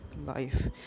life